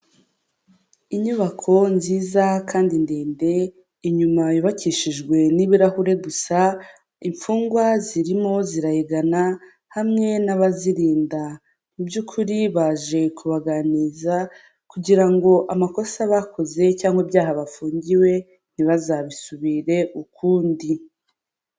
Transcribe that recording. Inyubako nziza kandi ndende, inyuma yubakishijwe n'ibirahure gusa, imfungwa zirimo zirayigana hamwe n'abazirinda, mu byukuri baje kubaganiriza kugira ngo amakosa bakoze cyangwa ibyaha bafungiwe ntibazabisubire ukundi.